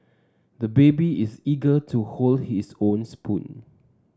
the baby is eager to hold his own spoon